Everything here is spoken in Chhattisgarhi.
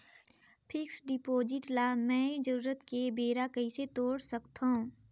फिक्स्ड डिपॉजिट ल मैं जरूरत के बेरा कइसे तोड़ सकथव?